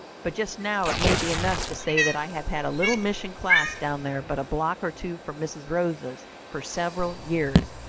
but just now it may be enough to say that i have had a little mission class down there but a block or two from mrs. rosa's for several years.